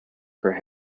per